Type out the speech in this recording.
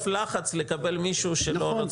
לחץ לקבל מישהו שלא רוצה -- נכון,